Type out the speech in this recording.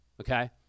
okay